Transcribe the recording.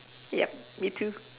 yup me too